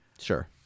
Sure